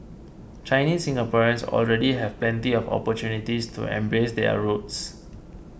Chinese Singaporeans already have plenty of opportunities to embrace their roots